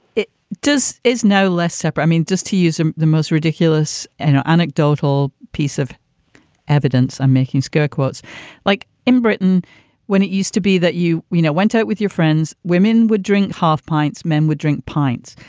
it does is no less separate means just to use um the most ridiculous and anecdotal piece of evidence. i'm making skirt quotes like in britain when it used to be that you you know went out with your friends women would drink half pints. men would drink pints.